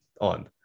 on